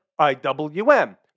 IWM